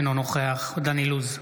אינו נוכח דן אילוז,